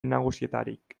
nagusietarik